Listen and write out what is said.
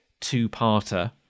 two-parter